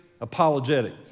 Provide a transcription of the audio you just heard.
apologetic